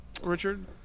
Richard